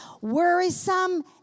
worrisome